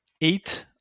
eight